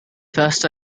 first